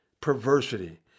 Perversity